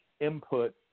input